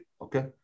Okay